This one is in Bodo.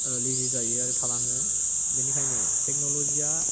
लेजि जायो आरो थालाङो बेनिखायनो टेक्न'लजिया